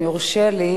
אם יורשה לי,